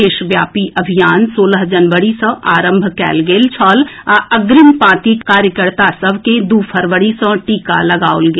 देशव्यापी अभियान सोलह जनवरी सँ आरंभ कयल गेल छल आ अग्रिम पांतिक कार्यकर्ता सभ के दू फरवरी सँ टीका लगाओल गेल